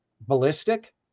ballistic